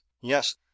Yes